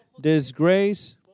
disgrace